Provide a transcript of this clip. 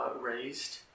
raised